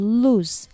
lose